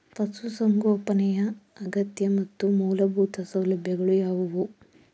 ಪಶುಸಂಗೋಪನೆಯ ಅಗತ್ಯ ಮತ್ತು ಮೂಲಭೂತ ಸೌಲಭ್ಯಗಳು ಯಾವುವು?